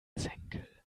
senkel